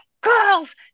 girls